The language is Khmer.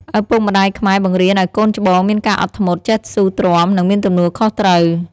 ឪពុកម្តាយខ្មែរបង្រៀនឲ្យកូនច្បងមានការអត់ធ្មត់ ចេះស៊ូទ្រាំ និងមានទំនួលខុសត្រូវ។